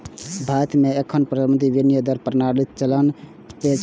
भारत मे एखन प्रबंधित विनिमय दर प्रणाली चलन मे छै